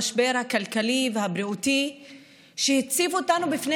המשבר הכלכלי והבריאותי שהציב אותנו בפני